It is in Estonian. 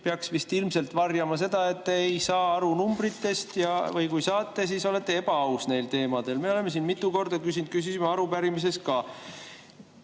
peaks vist ilmselt varjama seda, et te ei saa aru numbritest või kui saate, siis olete neil teemadel rääkides ebaaus. Me oleme siin mitu korda küsinud, küsisime arupärimises ka.